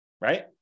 Right